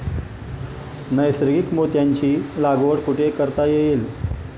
नैसर्गिक मोत्यांची लागवड कुठे करता येईल?